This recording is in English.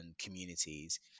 communities